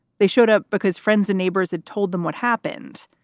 they showed up because friends and neighbors had told them what happened.